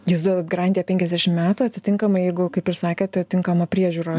jūs duodat garantiją penkiasdešim metų atitinkamai jeigu kaip ir sakėt tinkama priežiūra